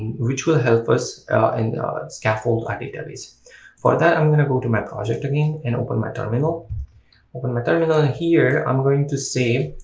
which will help us and scaffold our database for that i'm going to go to my project again and open my terminal open my terminal here i'm going to say